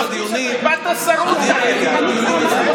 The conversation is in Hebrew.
בדיונים --- שר הבינוי והשיכון זאב אלקין: